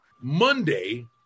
Monday